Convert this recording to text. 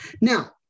Now